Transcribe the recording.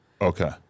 Okay